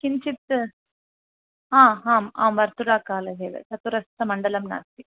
किञ्चित् हा हाम् आं वर्तुलाकारः एव चतुरस्रमण्डलं नास्ति